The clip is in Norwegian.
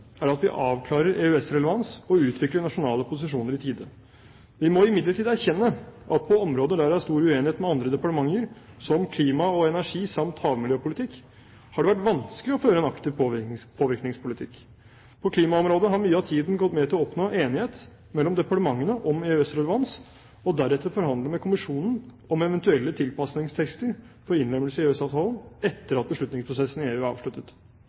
at vi avklarer EØS-relevans og utvikler nasjonale posisjoner i tide. Vi må imidlertid erkjenne at på områder der det er stor uenighet med andre departementer har det vært vanskelig å føre en aktiv påvirkningspolitikk. På klimaområdet har mye av tiden gått med til å oppnå enighet mellom departementene om EØS-relevans og deretter forhandle med kommisjonen om evt. tilpasningstekster for innlemmelse i EØS-avtalen, etter at beslutningsprosessen i EU er avsluttet.»